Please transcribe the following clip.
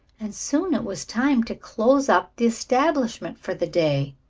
and soon it was time to close up the establishment for the day.